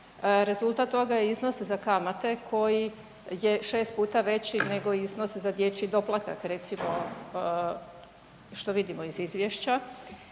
rezultat toga je iznos za kamate koji je 6 puta veći nego iznos za dječji doplatak, recimo što vidimo iz izvješća.